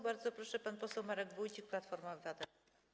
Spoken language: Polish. Bardzo proszę, pan poseł Marek Wójcik, Platforma Obywatelska.